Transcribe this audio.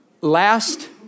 Last